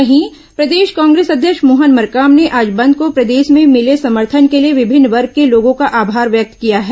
वहीं प्रदेश कांग्रेस अध्यक्ष मोहन मरकाम ने आज बंद को प्रदेश में मिले समर्थन के लिए विभिन्न वर्ग के लोगों का आभार व्यक्त किया है